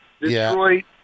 Detroit